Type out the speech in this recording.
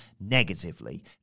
negatively